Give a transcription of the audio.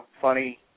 funny